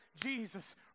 Jesus